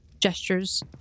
gestures